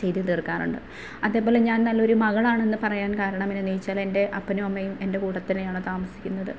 ചെയ്ത് തീര്ക്കാറുണ്ട് അതേപോലെ ഞാന് നല്ല ഒരു മകളാണെന്ന് പറയാന് കാരണം എന്ന് ചോദിച്ചാൽ എൻ്റെ അപ്പനും അമ്മയും എന്റെ കൂടെ തന്നെയാണ് താമസിക്കുന്നത്